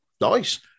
Nice